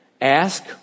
ask